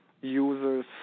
users